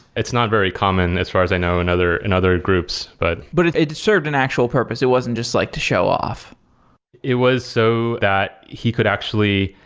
it's not very common as far as i know and in and other groups but but it it served an actual purpose. it wasn't just like to show off it was so that he could actually,